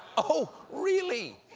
oh, really?